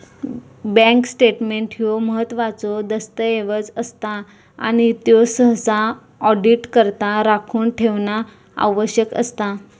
bank statement ह्यो महत्त्वाचो दस्तऐवज असता आणि त्यो सहसा ऑडिटकरता राखून ठेवणा आवश्यक असता